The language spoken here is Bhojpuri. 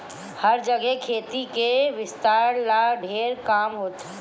हर जगे खेती के विस्तार ला ढेर काम होता